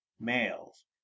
Males